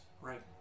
Right